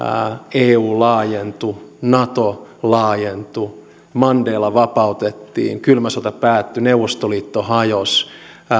eu laajentui nato laajentui mandela vapautettiin kylmä sota päättyi neuvostoliitto hajosi